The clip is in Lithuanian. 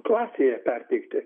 klasėje perteikti